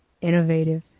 innovative